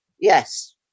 Yes